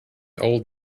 old